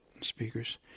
speakers